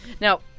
Now